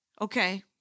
okay